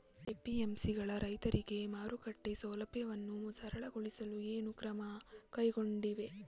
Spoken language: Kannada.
ಎ.ಪಿ.ಎಂ.ಸಿ ಗಳು ರೈತರಿಗೆ ಮಾರುಕಟ್ಟೆ ಸೌಲಭ್ಯವನ್ನು ಸರಳಗೊಳಿಸಲು ಏನು ಕ್ರಮ ಕೈಗೊಂಡಿವೆ?